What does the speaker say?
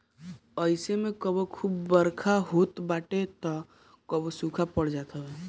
अइसे में कबो खूब बरखा होत बाटे तअ कबो सुखा पड़ जात हवे